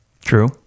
True